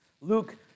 Luke